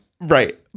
Right